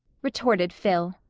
retorted phil.